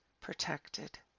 protected